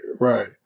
right